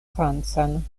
francan